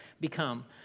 become